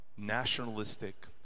nationalistic